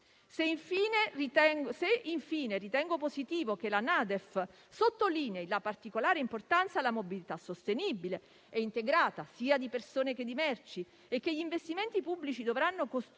Se infine ritengo positivo che la NADEF sottolinei la particolare importanza della mobilità sostenibile e integrata, sia di persone che di merci, e che gli investimenti pubblici dovranno contribuire